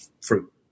fruit